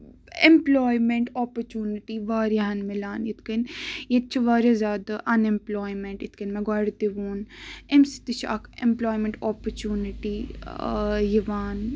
employment opportunity واریاہَن ملان یِتھ کٔنۍ ییٚتہِ چھُ واریاہ زیادٕ اَنایمپٕلایمینٹ یِتھ کٔنۍ نہ گۄڈٕ تہِ ووٚن اَمہِ سۭتۍ تہِ چھُ اکھ ایمپٕلایمینٹ اوپٔرچُنٹی یِوان